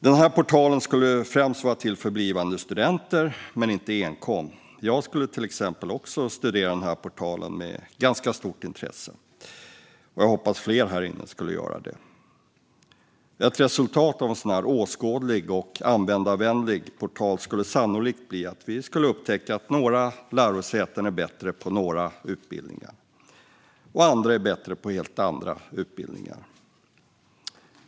Denna portal skulle främst vara till för blivande studenter, men inte enkom. Jag skulle till exempel också studera den med ganska stort intresse, och jag hoppas att fler här inne skulle göra det. Ett resultat av en sådan åskådlig och användarvänlig portal skulle sannolikt bli att vi skulle upptäcka att några lärosäten är bättre på några utbildningar och att andra är bättre på helt andra utbildningar.